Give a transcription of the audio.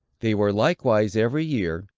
they were, likewise, every year,